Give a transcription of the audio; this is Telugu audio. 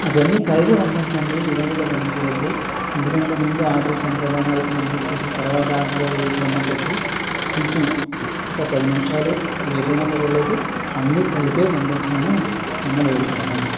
అవన్నీ కలిపి పంపించండి విడి విడిగా పంపించొద్దు ఎందుకంటే ముందు ఆర్డర్ ఇచ్ఛాను కదా అని వాటిని పంపించేసి తర్వాత ఆర్డర్ వీటి పంపించొద్దు కొంచం ఒక పది నిముషాలు లేటు అయినా పరవాలేదు అన్నీ కలిపే పంపించామని మిమల్ని వేడుకుంటున్నాను